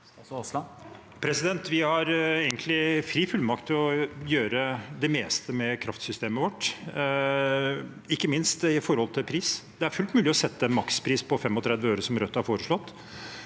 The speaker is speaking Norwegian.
Vi har egentlig fri fullmakt til å gjøre det meste med kraftsystemet vårt, ikke minst når det gjelder pris. Det er fullt mulig å sette en makspris på 35 øre, som Rødt har foreslått,